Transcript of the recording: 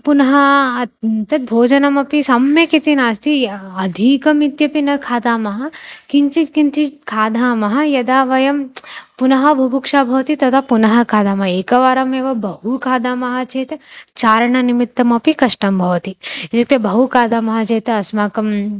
पुनः अत् तद्भोजनमपि सम्यक् इति नास्ति अधिकम् इत्यपि न खादामः किञ्चित् किञ्चित् खादामः यदा वयं पुनः बुभुक्षा भवति तदा पुनः खादामः एकवारमेव बहु खादामः चेत् चारणनिमित्तमपि कष्टं भवति इत्युक्ते बहु खादामः चेत् अस्माकम्